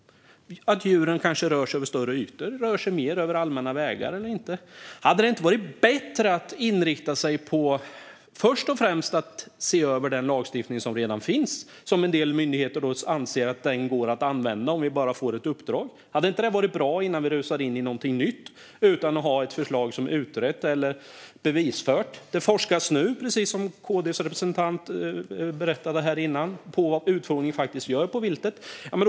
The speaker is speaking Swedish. Djuren kanske rör sig över större ytor och rör sig mer över allmänna vägar. Hade det inte varit bättre att inrikta sig på att först och främst se över den lagstiftning som redan finns? En del myndigheter anser att den går att använda om vi bara får ett uppdrag. Hade inte det varit bra, innan vi rusar in i något nytt utan att ha ett förslag som är utrett eller bevisfört? Det forskas nu, precis som KD:s representant berättade här tidigare, på vad utfodringen faktiskt gör när det gäller viltet.